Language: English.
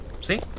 See